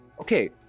okay